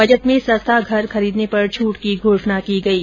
budget में सस्ता घर खरीदने पर छूट की घोषणा की गई है